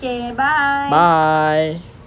gay bar